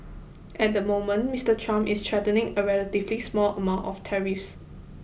at the moment Mister Trump is threatening a relatively small amounts of tariffs